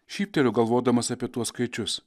šypteliu galvodamas apie tuos skaičius